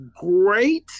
great